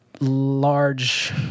large